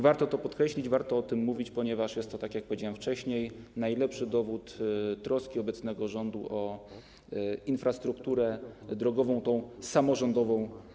Warto to podkreślić, warto o tym mówić, ponieważ jest to, tak jak powiedziałem wcześniej, najlepszy dowód troski obecnego rządu o infrastrukturę drogową, również tę samorządową.